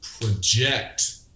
project